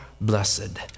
blessed